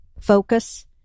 focus